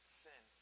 sin